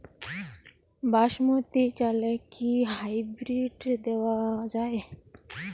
বাসমতী চালে কি হাইব্রিড দেওয়া য়ায়?